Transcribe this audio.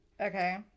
Okay